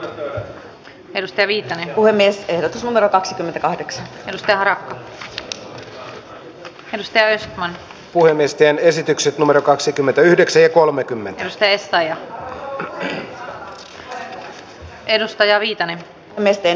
eduskunta edellyttää että hallitus ryhtyy toimiin kunnallisveron perusvähennyksen korottamiseksi niin että pienituloisten eläkeläisten etuudensaajien ja palkansaajien käteen jäävät tulot nousevat